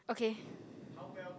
okay